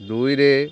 ଦୁଇରେ